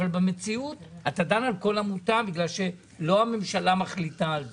אבל במציאות אתה דן על כל עמותה בגלל שלא הממשלה מחליטה על זה.